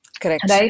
Correct